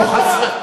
מה קרה?